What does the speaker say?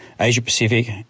Asia-Pacific